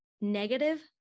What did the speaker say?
negative